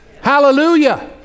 Hallelujah